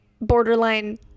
borderline